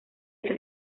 este